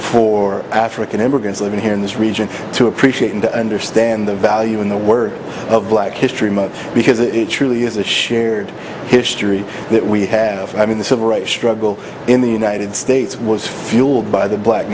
for african immigrants living here in this region to appreciate and to understand the value in the words of black history month because it truly is a shared history that we have i mean the civil rights struggle in the united states was fueled by the black